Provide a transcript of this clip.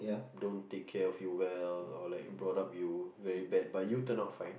don't take care of you well or like brought up you very bad but you turn out fine